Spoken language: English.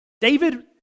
David